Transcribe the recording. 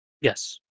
Yes